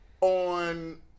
On